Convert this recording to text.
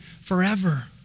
forever